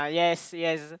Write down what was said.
yes yes